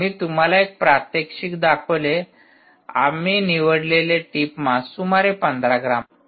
मी तुम्हाला एक प्रात्यक्षिक दाखवले आम्ही निवडलेले टिप मास सुमारे 15 ग्रॅम आहे